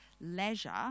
leisure